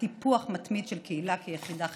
בטיפוח מתמיד של קהילה כיחידה חברתית.